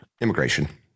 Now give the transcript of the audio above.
immigration